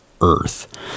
Earth